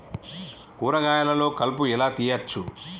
కూరగాయలలో కలుపు ఎలా తీయచ్చు?